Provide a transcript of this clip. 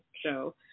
show